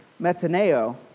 metaneo